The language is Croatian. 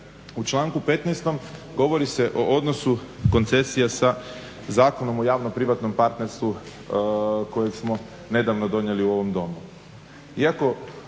u članku 15. govori se o odnosu koncesije sa Zakonom o javno-privatno partnerstvu kojeg smo nedavno donijeli u ovom domu.